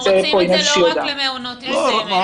אנחנו רוצים את זה לא רק למעונות עם סמל.